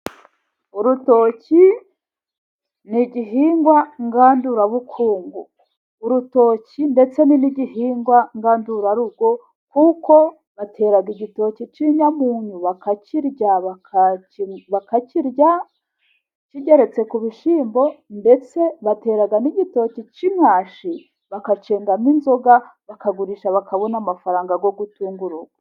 Urutoki ni igihingwa ngandurabukungu, urutoki ndetse ni n'igihingwa ngandurarugo kuko batera igitoki cy'inyamunyu bakakirya kigeretse ku bishyimbo, ndetse batera n'igitoki cy'inkashi bakacyengamo inzoga bakagurisha bakabona amafaranga yo gutunga urugo.